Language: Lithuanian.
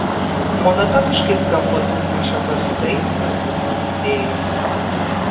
monotoniškai skamba dūdmaišio garsai ir būgnų dundėjimas